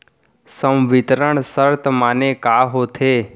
संवितरण शर्त माने का होथे?